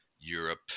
Europe